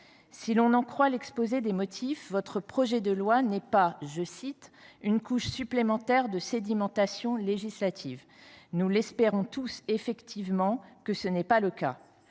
Si l’on en croit l’exposé des motifs, votre projet de loi n’est pas « une couche supplémentaire de sédimentation législative ». Nous espérons tous, en effet, que tel n’est pas le cas